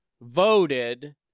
voted